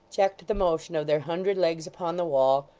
checked the motion of their hundred legs upon the wall,